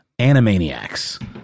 Animaniacs